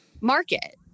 market